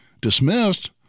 dismissed